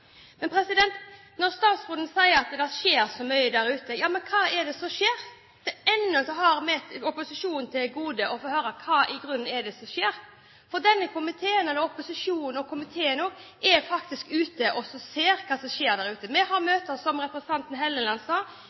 Men når statsråden sier at det skjer så mye der ute, hva er det da som skjer? Ennå har opposisjonen til gode å få høre hva det i grunnen er som skjer. For opposisjonen og komiteen er faktisk ute og ser hva som skjer der ute. Vi har møter, som representanten Hofstad Helleland sa,